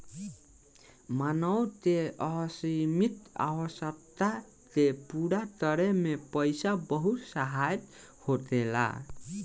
मानव के असीमित आवश्यकता के पूरा करे में पईसा बहुत सहायक होखेला